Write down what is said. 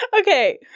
Okay